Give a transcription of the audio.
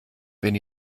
wenn